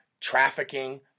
trafficking